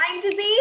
disease